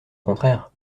contraire